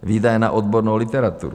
Výdaje na odbornou literaturu.